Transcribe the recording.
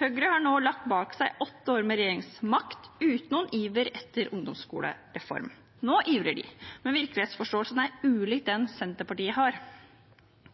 Høyre har nå lagt bak seg åtte år med regjeringsmakt uten noen iver etter ungdomsskolereform. Nå ivrer de, men virkelighetsforståelsen er ulik den Senterpartiet har.